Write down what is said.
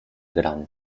grand